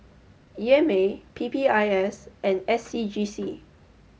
E M A P P I S and S C G C